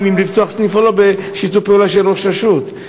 אם לפתוח סניף או לא בשיתוף פעולה של ראש הרשות.